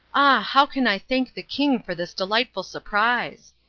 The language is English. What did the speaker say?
how can i thank the king for this delightful surprise?